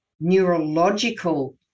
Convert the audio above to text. neurological